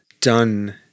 done